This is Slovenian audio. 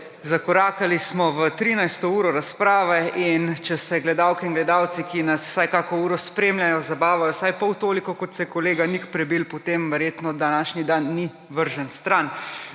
Zakorakali smo v trinajsto uro razprave in če se gledalke in gledalci, ki nas vsaj kako uro spremljajo, zabavajo vsaj pol toliko, kot se kolega Nik Prebil, potem verjetno današnji dan ni vržen stran.